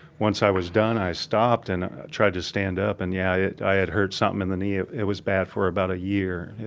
once i was done, i stopped and tried to stand up and, yeah, it, i had hurt somethin' in the knee. it it was bad for about a year.